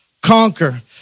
conquer